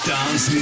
Dance